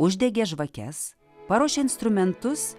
uždegė žvakes paruošė instrumentus